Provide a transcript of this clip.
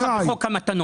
לא חקרתם ככה בחוק המתנות.